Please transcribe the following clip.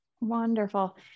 Wonderful